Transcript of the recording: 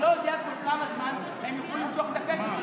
אתה גם לא יודע כל כמה זמן הם יוכלו למשוך את הכסף.